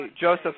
Joseph